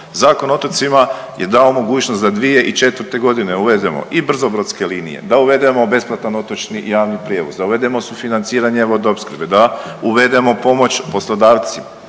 Zakon o otocima je dao mogućnost da 2004. godine uvedemo i brzobrodske linije, da uvedemo besplatan otočni i javni prijevoz, da uvedemo sufinanciranje vodoopskrbe, da uvedemo pomoć poslodavcima,